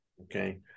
Okay